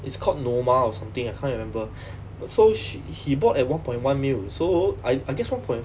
it's called noma or something I can't remember so she he bought at one point one million so I I guess one point